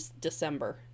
December